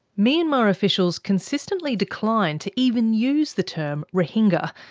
myanmar officials consistently decline to even use the term rohingya,